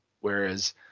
whereas